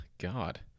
God